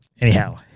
anyhow